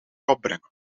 opbrengen